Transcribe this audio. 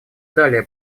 далее